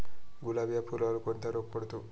गुलाब या फुलावर कोणता रोग पडतो?